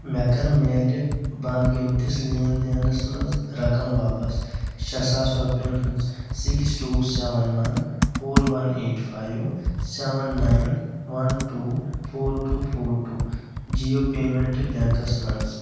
مے کر مِلِہ بند گٔمتِس لین دینس منٛز رَقم واپس شیٚے ساس رۄپیِن ہٕنز six two seven one four one eight five seven nine one two four two four two Jio payment banks منٛز؟